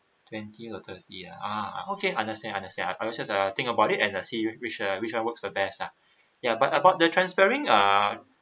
twenty or thirty uh okay understand understand I I just I think about it and see uh which uh which [one] works the best lah ya but about the transferring uh